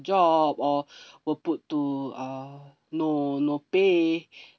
job or were put to uh no no pay